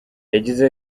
yagize